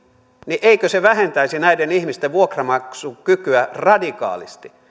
niin eikö se vähentäisi näiden ihmisten vuokranmaksukykyä radikaalisti